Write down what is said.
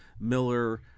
Miller